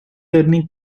learning